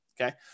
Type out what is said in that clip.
Okay